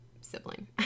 sibling